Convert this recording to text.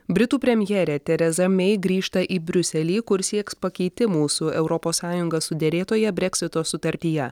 britų premjerė tereza mei grįžta į briuselį kur sieks pakeitimų su europos sąjunga suderėtoje breksito sutartyje